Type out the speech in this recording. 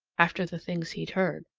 after the things he'd heard,